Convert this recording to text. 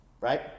right